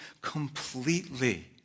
completely